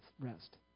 rest